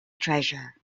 treasure